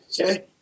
Okay